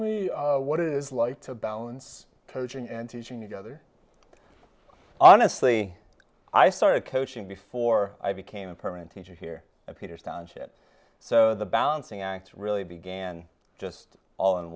me what it is like to balance coaching and teaching together honestly i started coaching before i became a permanent teacher here at peters township so the balancing act really began just all in